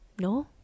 No